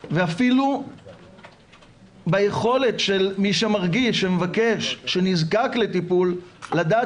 ואפילו ביכולת של מי שמרגיש ומבקש שנזקק לטיפול לדעת